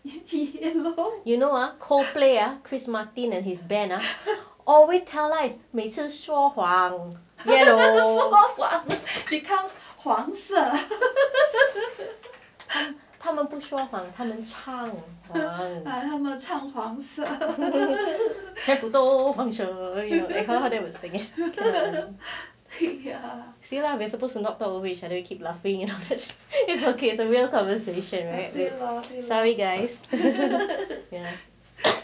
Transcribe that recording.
you know cold play ah chris martin and his band are always tell lies 每次说谎 yellow 他们不说谎他们唱黄全部都黄色 that kind of singing ya see lah we are supposed to not talk over each other you keep laughing and attached okay it's a real conversation right sorry guys